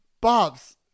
Bob's